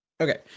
Okay